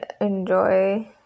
enjoy